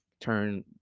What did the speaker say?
turn